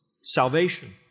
salvation